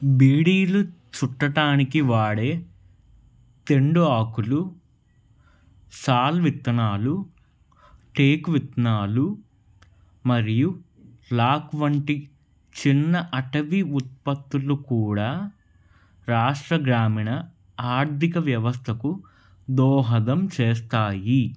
బీడీలు చుట్టటానికి వాడే తెండు ఆకులు సాల్ విత్తనాలు టేకు విత్తనాలు మరియు లాక్ వంటి చిన్న అటవీ ఉత్పత్తులు కూడా రాష్ట్ర గ్రామీణ ఆర్థిక వ్యవస్థకు దోహదం చేస్తాయి